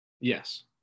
Yes